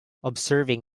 observing